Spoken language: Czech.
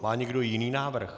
Má někdo jiný návrh?